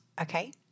Okay